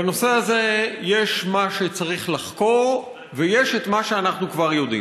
בנושא הזה יש מה שצריך לחקור ויש מה שאנחנו כבר יודעים.